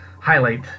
highlight